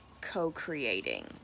co-creating